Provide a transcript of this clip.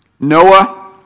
Noah